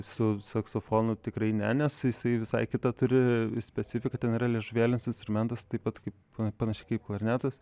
su saksofonu tikrai ne nes jisai visai kita turi specifiką ten yra liežuvėlinis instrumentas taip pat kaip panašiai kaip klarnetas